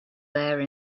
there